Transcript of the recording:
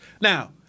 Now